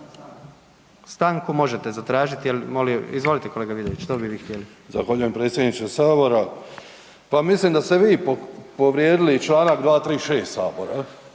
Stanku možete zatražiti ali, izvolite kolega Vidović, što bi vi htjeli? **Vidović, Franko (SDP)** Zahvaljujem predsjedniče Sabora. Pa mislim da ste vi povrijedili čl. 236. Sabora.